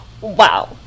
Wow